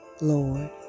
Lord